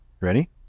Ready